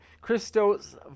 Christos